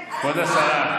אני אתבע אותך,